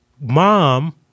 mom